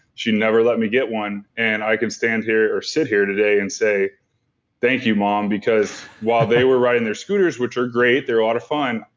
she never let me get one. and i can stand here or sit here today and say thank you mom because while they were riding their scooters which are great, they're a lot of fun,